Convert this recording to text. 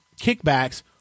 kickbacks